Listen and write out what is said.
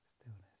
stillness